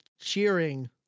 cheering